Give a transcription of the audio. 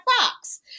Fox